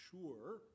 sure